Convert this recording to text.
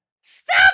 Stop